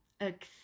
accept